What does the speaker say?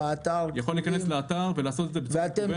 -- יכול להיכנס לאתר ולעשות את זה בצורה מקוונת.